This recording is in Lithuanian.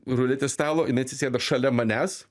ruletės stalo jinai atsisėdo šalia manęs